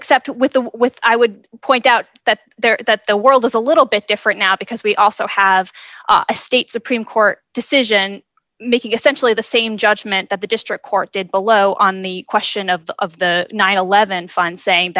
except with the with i would point out that there that the world is a little bit different now because we also have a state supreme court decision making essentially the same judgment that the district court did below on the question of of the nine hundred and eleven fund saying